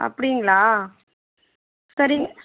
அப்படிங்களா சரிங்க